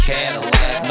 Cadillac